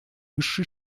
высшей